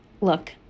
look